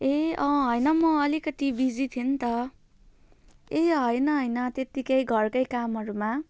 ए अँ हैन म अलिकति बिजी थिएँ नि त ए हैन हैन त्यत्तिकै घरकै कामहरूमा